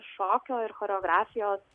šokio ir choreografijos